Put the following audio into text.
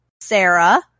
sarah